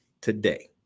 today